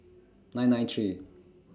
nine nine three